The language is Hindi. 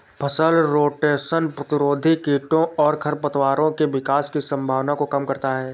फसल रोटेशन प्रतिरोधी कीटों और खरपतवारों के विकास की संभावना को कम करता है